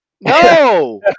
No